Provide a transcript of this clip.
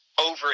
over